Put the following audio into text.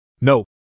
No